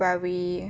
very